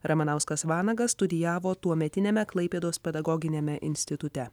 ramanauskas vanagas studijavo tuometiniame klaipėdos pedagoginiame institute